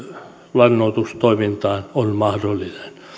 lannoitustoiminta on mahdollinen